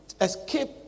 escape